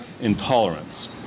intolerance